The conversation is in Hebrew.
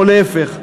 או להפך.